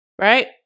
right